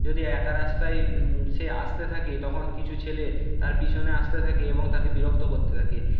যদি একা রাস্তায় সে আসতে থাকে তখন কিছু ছেলে তার পিছনে আসতে থাকে এবং তাকে বিরক্ত করতে থাকে